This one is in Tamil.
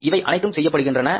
இவை அனைத்தும் செய்யப்படுகின்றன